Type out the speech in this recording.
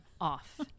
off